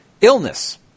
Illness